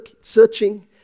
searching